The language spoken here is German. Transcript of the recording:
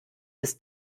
bis